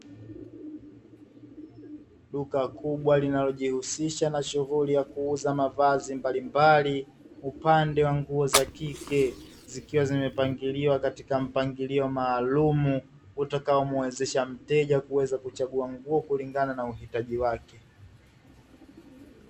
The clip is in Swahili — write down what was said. Duka kubwa linalojihusisha na shughuli ya kuuza mavazi mbalimbali kwa upande wa nguo za kike, zikiwa zimepangiliwa katika mpangilio maalumu utakaomuwezesha mteja kuweza kuchagua nguo kulingana na uhitaji wake.